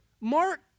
Mark